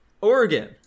Oregon